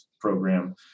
program